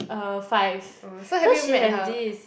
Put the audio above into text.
uh five cause she have this